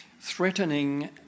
threatening